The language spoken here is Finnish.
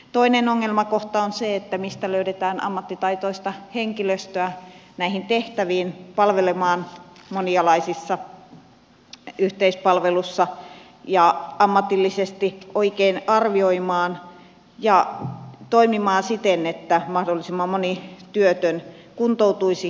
toinen ongelmakohta on se mistä löydetään ammattitaitoista henkilöstöä näihin tehtäviin palvelemaan monialaisessa yhteispalvelussa ja ammatillisesti oikein arvioimaan ja toimimaan siten että mahdollisimman moni työtön kuntoutuisi ja työllistyisi